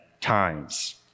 times